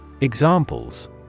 Examples